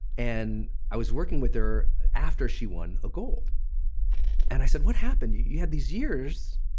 and i was working with her after she won a gold and i said, what happened? you you had these years,